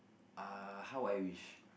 uh how I wish